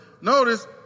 notice